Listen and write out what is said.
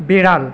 বেড়াল